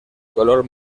color